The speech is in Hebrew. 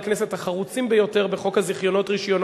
הכנסת החרוצים ביותר בחוק הזיכיונות-רשיונות,